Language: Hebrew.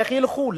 איך ילכו?